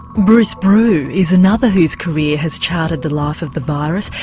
bruce brew is another whose career has charted the life of the virus.